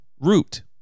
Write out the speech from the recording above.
Root